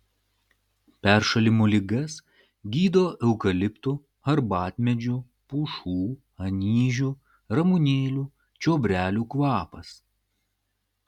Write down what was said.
peršalimo ligas gydo eukaliptų arbatmedžių pušų anyžių ramunėlių čiobrelių kvapas